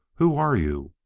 who are you?